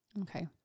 Okay